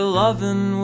loving